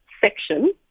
section